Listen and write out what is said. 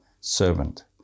servant